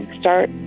start